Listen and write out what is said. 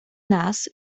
nas